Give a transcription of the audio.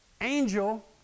angel